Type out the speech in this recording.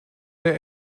der